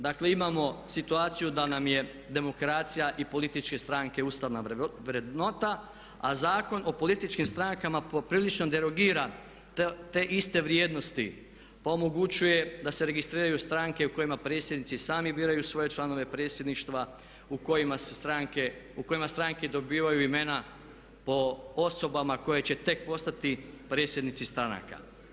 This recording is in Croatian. Dakle imamo situaciju da nam je demokracija i političke stranke ustavna vrednota a Zakon o političkim strankama poprilično derogiran te iste vrijednosti pa omogućuje da se registriraju stranke u kojima predsjednici sami biraju svoje članove predsjedništva, u kojima stranke dobivaju imena po osobama koje će tek postati predsjednici stranaka.